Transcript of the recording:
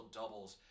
doubles –